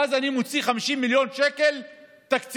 ואז אני מוצא 50 מיליון שקל תקציב.